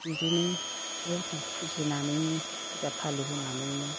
बिदिनो आइ आफाखौ फुजिनानैनो फुजा फानि होनानैनो